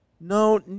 No